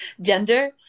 gender